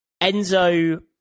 Enzo